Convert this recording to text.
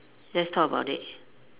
let's talk about it